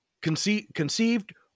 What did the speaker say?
Conceived